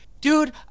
dude